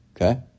okay